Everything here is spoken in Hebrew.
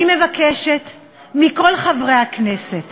אני מבקשת מכל חברי הכנסת